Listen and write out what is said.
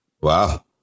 Wow